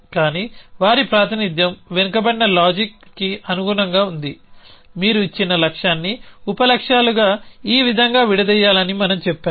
కానీ వారి ప్రాతినిధ్యం వెనుకబడిన లాజిక్ కి అనుగుణంగా ఉంది మీరు ఇచ్చిన లక్ష్యాన్ని ఉప లక్ష్యాలుగా ఈ విధంగా విడదీయాలని మనం చెప్పాము